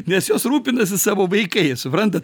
nes jos rūpinasi savo vaikais suprantat